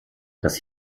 das